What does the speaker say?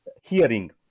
hearing